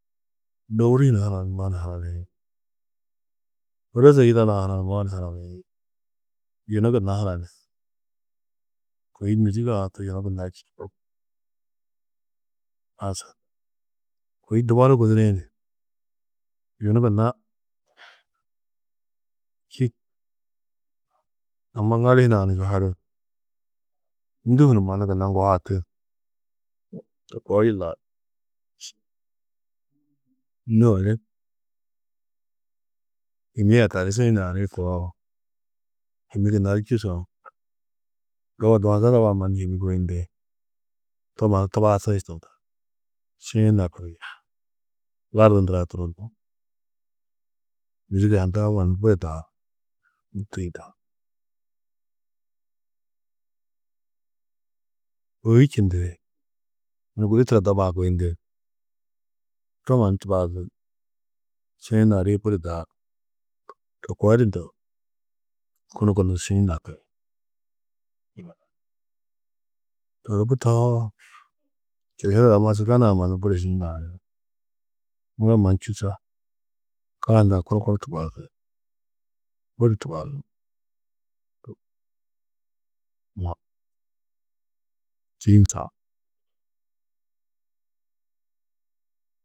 Dômuri hunu hananumoó ni hananĩ. Ôrozi yidadã hananumoó ni hananĩ. Yunu gunna hananĩ. Kôi mîzig-ã kôi yunu gunna. Kôi dubonu gudinĩ yunu gunna čî. Amma ŋali hunã yuhadi ndû hunu mannu gunna ŋgo hati to koo yilla du. Nû ôwonni hîmi a tani šiĩ naarĩ koo hîmi gunna du čûsua-ã a muro. Doba dumoza doba-ã mannu hîmi guyindi. To mannu tubasi šiĩ nakiri lardu ndurã turonnu. Mîziga hundã mannu budi daaru. Ôi čindi yunu gudi turo doba-ã guyindi to mannu tubazi šiĩ naarîe budi daaru. To koo di ndo kunu kunu šiĩ nakiri. To di bu tohoo kešede ma Sudanã mannu budi šiĩ naari. Mura mannu čûsa ka hundã kunu kunu tubazi budi tubazú.